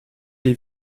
les